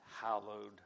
hallowed